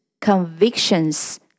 convictions